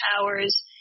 powers